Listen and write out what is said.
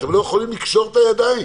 אתם לא יכולים לקשור את הידיים.